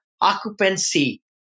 occupancy